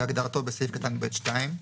כהגדרתו בסעיף קטן (ב)(2);